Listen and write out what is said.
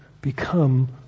become